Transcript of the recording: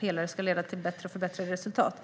pelare ska leda till förbättrade resultat.